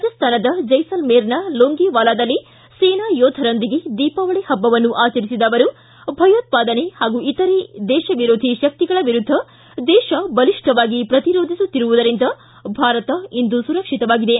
ರಾಜಸ್ತಾನದ ಜೈಸಲ್ಮೇರ್ನ ಲೋಂಗೆವಾಲಾದಲ್ಲಿ ಸೇನಾ ಯೋಧರೊಂದಿಗೆ ದೀಪಾವಳಿ ಹಬ್ಬವನ್ನು ಆಚರಿಸಿದ ಅವರು ಭಯೋತ್ಪಾದನೆ ಹಾಗೂ ಇತರೆ ದೇಶ ವಿರೋಧಿ ಶಕ್ತಿಗಳ ವಿರುದ್ದ ದೇಶ ಬಲಿಷ್ಠವಾಗಿ ಪ್ರತಿರೋಧಿಸುತ್ತಿರುವುದರಿಂದ ಭಾರತ ಇಂದು ಸುರಕ್ಷಿತವಾಗಿದೆ